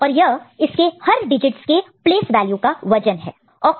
और यह इसके हर डिजिटस के प्लेस वैल्यू का वजन वेट weight है